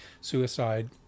suicide